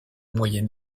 moyen